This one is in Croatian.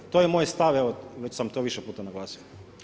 To je moj stav, evo već sam to više puta naglasio.